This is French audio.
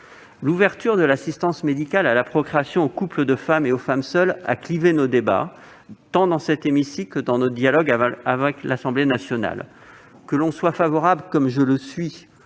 L'ouverture de l'assistance médicale à la procréation aux couples de femmes et aux femmes seules a clivé nos débats, dans cet hémicycle comme dans le cadre de notre dialogue avec l'Assemblée nationale. Que l'on soit favorable- comme je le suis